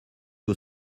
aux